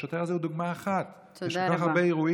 השוטר הזה הוא דוגמה אחת -- תודה רבה לך.